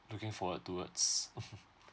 looking forward towards